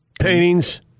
Paintings